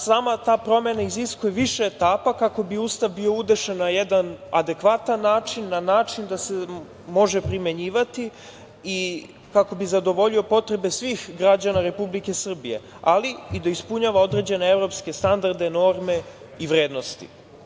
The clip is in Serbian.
Sama ta promena iziskuje više etapa kako bi Ustav bio udešen na jedan adekvatan način, na način da se može primenjivati i kako bi zadovoljio potrebe svih građana Republike Srbije, ali i da ispunjava određene evropske standarde, norme i vrednosti.